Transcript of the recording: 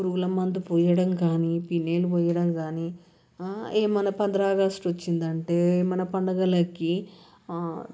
పురుగుల మందు పోయడం కానీ ఫెనయల్ పోయడం కానీ ఏమైనా పంద్రా ఆగస్టు వచ్చిందంటే మన పండగలకి